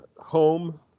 home